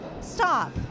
Stop